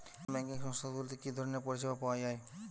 নন banking সংস্থা গুলিতে কি কি ধরনের পরিসেবা পাওয়া য়ায়?